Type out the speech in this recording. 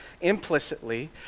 implicitly